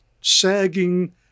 sagging